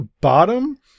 bottom